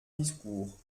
discours